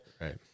right